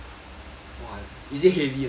!wah! is it heavy or not what is it